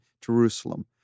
Jerusalem